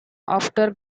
after